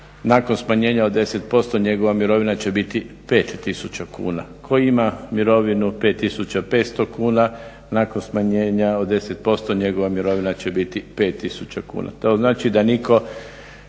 nakon smanjenja od 10% njegova mirovina će biti 5000kn. Tko ima mirovinu 5500 kuna, nakon smanjenja od 10% njegova mirovina će biti 5000 kuna.